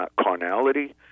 Carnality